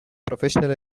professional